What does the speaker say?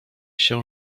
się